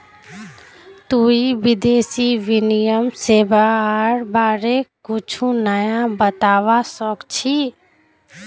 तुई विदेशी विनिमय सेवाआर बारे कुछु नया बतावा सक छी